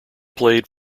played